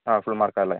ആ ഫുൾ മാർക്കാണ് ആല്ലേ